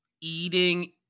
eating